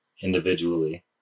individually